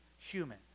human